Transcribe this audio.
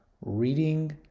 reading